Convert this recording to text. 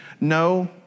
no